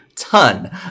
Ton